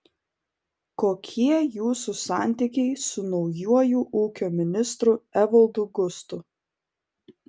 kokie jūsų santykiai su naujuoju ūkio ministru evaldu gustu